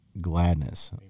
gladness